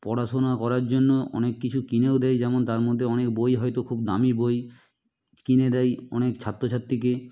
পড়াশোনা করার জন্য অনেক কিছু কিনেও দেয় যেমন তার মধ্যে অনেক বই হয়তো খুব দামি বই কিনে দেয় অনেক ছাত্র ছাত্রীকেই